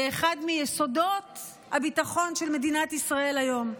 לאחד מיסודות הביטחון של מדינת ישראל היום.